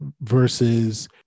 versus